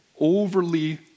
overly